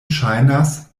ŝajnas